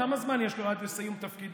כמה זמן יש לו עד לסיום תפקידו?